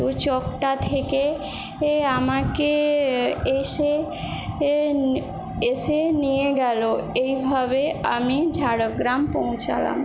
তো চকটা থেকে এ আমাকে এসে এ এসে নিয়ে গেলো এইভাবে আমি ঝাড়গ্রাম পৌঁছালাম